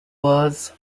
was